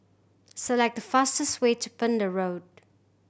select the fastest way to Pender Road